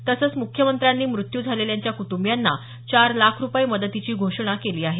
तसंच मुख्यमंत्र्यांनी मृत्यू झालेल्यांच्या कुटबियांना चार लाख रुपये मदतीची घोषणा केली आहे